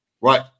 Right